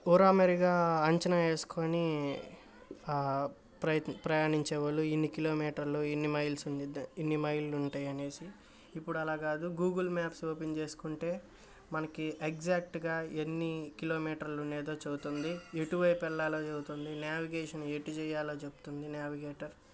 ఉరామెరిగా అంచనా వేసుకొని ప్రయ ప్రయాణించేవాళ్ళు ఇన్ని కిలోమీటర్లు ఇన్ని మైల్స్ ఉండిద్దా ఇన్ని మైళ్ళు ఉంటాయనేసి ఇప్పుడలా కాదు గూగుల్ మ్యాప్స్ ఓపెన్ చేసుకుంటే మనకి ఎగ్జాక్ట్గా ఎన్ని కిలోమీటర్లు ఉండేదో చెపుతోంది ఎటువైపు వెళ్ళాలో చెవుతోంది న్యావిగేషన్ ఎటు చెయ్యాలో చెప్తుంది న్యావిగేటర్